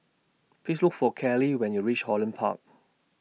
Please Look For Kelli when YOU REACH Holland Park